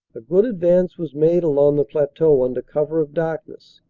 a good advance was made along the plateau under cover of darkness,